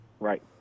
Right